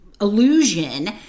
illusion